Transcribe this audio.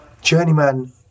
Journeyman